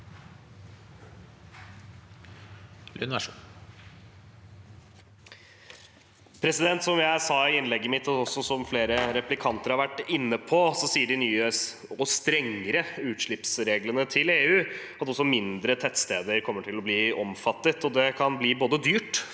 Lund (R) Som jeg sa i innlegget mitt, og som også flere replikanter har vært inne på, sier de nye og strengere utslippsreglene til EU at også mindre tettsteder kommer til å bli omfattet. Det kan bli dyrt